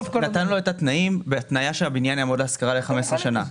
הוא נתן לו את התנאים בהתניה שהבניין יעמוד להשכרה ל-15 שנים.